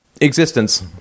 existence